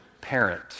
parent